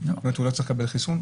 הוא לא צריך לקבל חיסון?